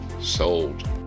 Sold